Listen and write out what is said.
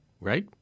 right